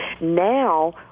Now